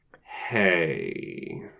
Hey